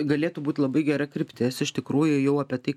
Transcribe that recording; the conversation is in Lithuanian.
galėtų būt labai gera kryptis iš tikrųjų jau apie tai